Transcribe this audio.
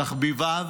תחביביו: